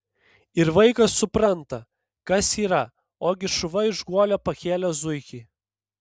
ir vaikas supranta kas yra ogi šuva iš guolio pakėlė zuikį